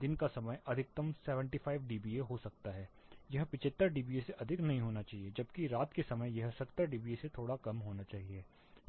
दिन का समय अधिकतम 75 डीबीए हो सकता है यह 75 डीबीए से अधिक नहीं होना चाहिए जबकि रात के समय में यह 70 डीबीए से थोड़ा कम होना चाहिए